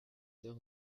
sœur